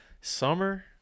summer